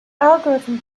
algorithm